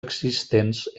existents